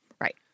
Right